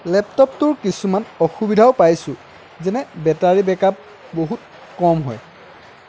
লেপটপটোৰ কিছুমান অসুবিধাও পাইছোঁ যেনে বেটাৰী বেকআপ বহুত কম হয়